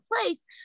place